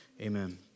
amen